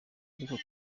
ariko